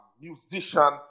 musician